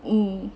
mm